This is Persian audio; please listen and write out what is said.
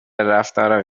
رفتار